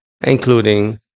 including